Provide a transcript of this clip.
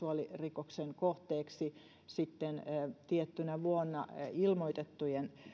seksuaalirikoksen kohteeksi ja tiettynä vuonna ilmoitettujen